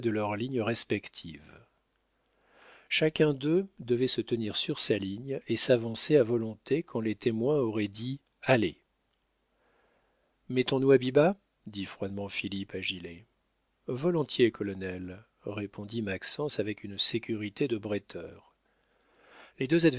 leurs lignes respectives chacun d'eux devait se tenir sur sa ligne et s'avancer à volonté quand les témoins auraient dit allez mettons-nous habit bas dit froidement philippe à gilet volontiers colonel répondit maxence avec une sécurité de bretteur les deux